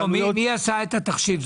מי עשה את התחשיב?